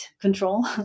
control